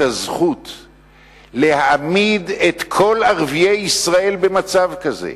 הזכות להעמיד את כל ערביי ישראל במצב כזה?